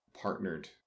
partnered